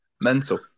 Mental